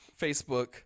facebook